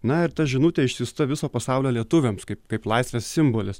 na ir ta žinutė išsiųsta viso pasaulio lietuviams kaip kaip laisvės simbolis